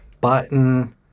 button